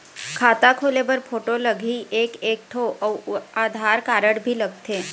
खाता खोले बर फोटो लगही एक एक ठो अउ आधार कारड भी लगथे?